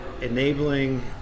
enabling